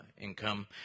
income